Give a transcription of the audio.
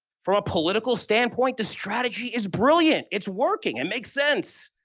for a political standpoint, the strategy is brilliant, it's working, it makes sense.